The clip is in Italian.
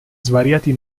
svariati